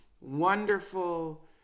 wonderful